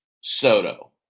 Soto